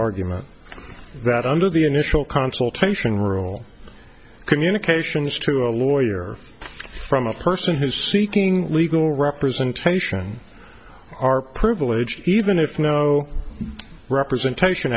argument that under the initial consultation rule communications through a lawyer from a person who's seeking legal representation are privileged even if no representation